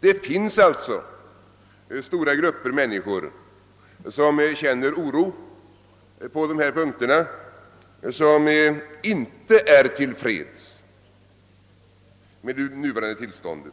Det finns alltså stora grupper människor som känner oro på de här punkterna och inte är till freds med det nuvarande tillståndet,